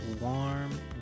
warm